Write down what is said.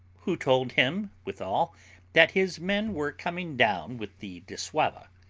who told him withal that his men were coming down with the dissauva,